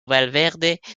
valverde